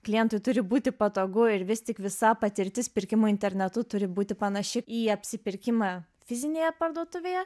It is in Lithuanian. klientui turi būti patogu ir vis tik visa patirtis pirkimo internetu turi būti panaši į apsipirkimą fizinėje parduotuvėje